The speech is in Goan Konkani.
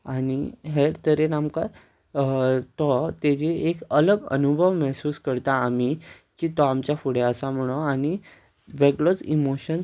आनी हेर तरेन आमकां तो तेजे एक अलग अनुभव महसूस करता आमी की तो आमच्या फुड्यां आसा म्हुणोन आनी वेगळोच इमोशन